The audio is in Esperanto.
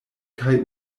kaj